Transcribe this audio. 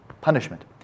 punishment